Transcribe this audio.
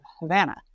Havana